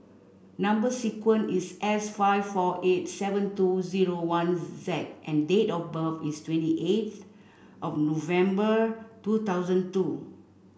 number sequence is S five four eight seven two zero one Z and date of birth is twenty eighth of November two thousand two